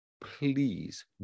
please